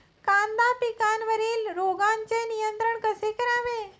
कांदा पिकावरील रोगांचे नियंत्रण कसे करावे?